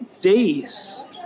days